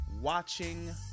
watching